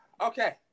Okay